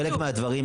חלק מהדברים,